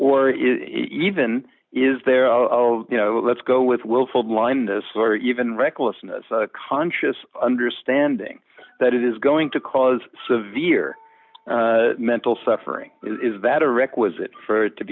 is even is there of you know let's go with willful blindness or even recklessness conscious understanding that it is going to cause severe mental suffering is that a requisite for it to